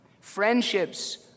friendships